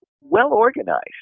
well-organized